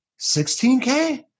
16K